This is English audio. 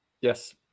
Yes